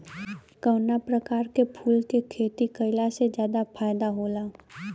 कवना प्रकार के फूल के खेती कइला से ज्यादा फायदा होला?